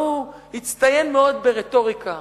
שהוא הצטיין מאוד ברטוריקה